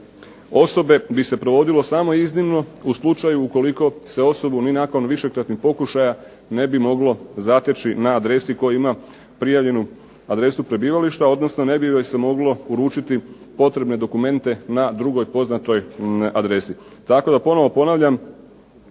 osobe bi se provodilo samo iznimno u slučaju ukoliko se osobu ni nakon višekratnih pokušaja ne bi moglo zateći na adresi koju ima prijavljenu adresu prebivališta, odnosno ne bi joj se moglo uručiti potrebne dokumente na drugoj poznatoj adresi.